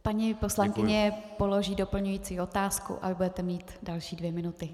Paní poslankyně položí doplňující otázku a vy budete mít další dvě minuty.